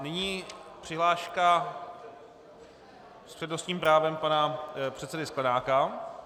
Nyní přihláška s přednostním právem pana předsedy Sklenáka.